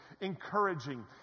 encouraging